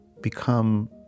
become